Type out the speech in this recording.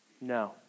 No